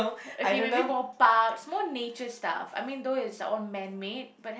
okay maybe more parks more nature stuff I mean though it's all man-made but h~